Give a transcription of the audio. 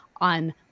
on